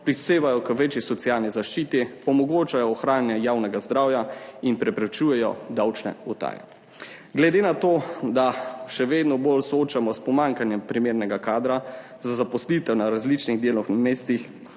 prispevata k večji socialni zaščiti, omogočata ohranjanje javnega zdravja in preprečujeta davčne utaje. Glede na to, da se vedno bolj soočamo s pomanjkanjem primernega kadra za zaposlitev na različnih delovnih mestih,